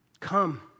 Come